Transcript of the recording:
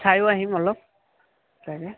চাইও আহিম অলপ তাকে